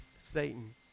Satan